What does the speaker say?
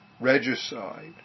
regicide